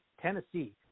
Tennessee